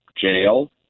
Jail